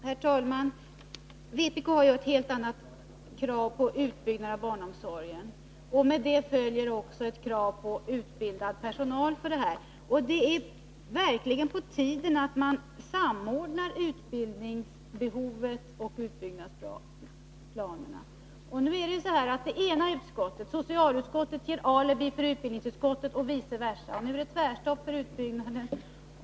Herr talman! Vpk ställer helt andra krav på utbyggnaden av barnomsorgen. Med detta följer också ett krav på utbildad personal. Det är verkligen på tiden att man ser till att utbildningsbehovet och utbyggnadsplanerna svarar mot varandra. Nu är det så att det ena utskottet, socialutskottet, ger alibi för utbildningsutskottet och vice versa. Det är tvärstopp för utbyggnaden.